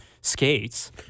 skates